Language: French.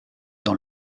dans